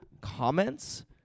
comments